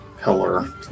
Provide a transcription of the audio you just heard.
pillar